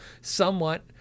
somewhat